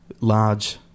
large